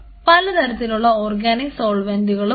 പലതരത്തിലുള്ള ഓർഗാനിക് സോൾവെന്റുകളും ഉണ്ട്